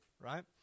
right